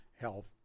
health